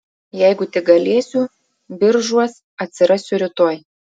jeigu tik galėsiu biržuos atsirasiu rytoj